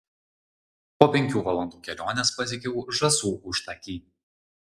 po penkių valandų kelionės pasiekiau žąsų užtakį